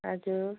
हजुर